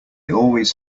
always